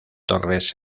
torres